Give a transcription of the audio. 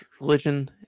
religion